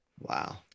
Wow